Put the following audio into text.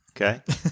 Okay